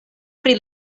pri